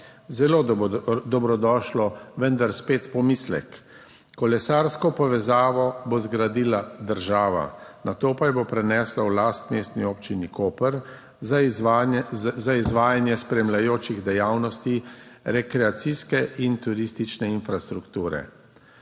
Zelo dobrodošlo, vendar spet pomislek, kolesarsko povezavo bo zgradila država, nato pa jo bo prenesla v last Mestni občini Koper za izvajanje spremljajočih dejavnosti rekreacijske in turistične infrastrukture.